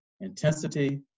intensity